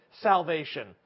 salvation